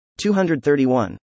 231